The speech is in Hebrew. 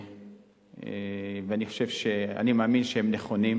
ואני מאמין שהם נכונים.